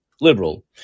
liberal